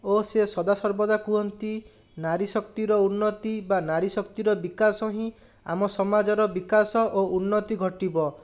ଓ ସେ ସଦା ସର୍ବଦା କୁହନ୍ତି ନାରୀଶକ୍ତିର ଉନ୍ନତି ବା ନାରୀଶକ୍ତିର ବିକାଶ ହିଁ ଆମ ସମାଜର ବିକାଶ ଓ ଉନ୍ନତି ଘଟିବ